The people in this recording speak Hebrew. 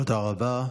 תודה רבה.